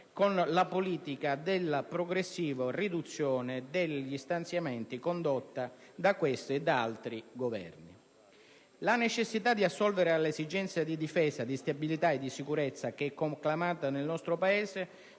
con la politica della progressiva riduzione degli stanziamenti condotta da questo e da altri Governi. La necessità di assolvere alle esigenze di difesa, di stabilità e di sicurezza, che è conclamata nel nostro Paese,